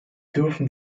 dürfen